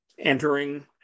entering